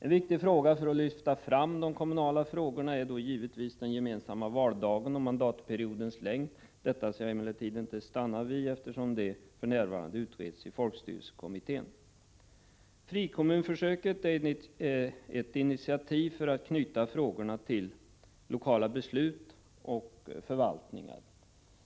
När det gäller att lyfta fram de kommunala frågorna är givetvis den gemensamma valdagen och mandatperiodens längd av stor vikt. Detta skall jag emellertid inte stanna vid, eftersom det för närvarande utreds i folkstyrelsekommittén. Frikommunsförsöket är ett initiativ för att knyta frågorna till lokala beslut och förvaltningar.